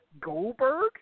Goldberg